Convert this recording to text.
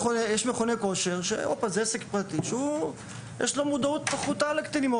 מכון הכושר הוא עסק פרטי שיש לו פחות מודעות לקטינים,